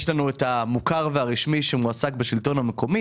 יש לנו את המוכר והרשמי שמועסק בשלטון המקומי.